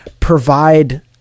Provide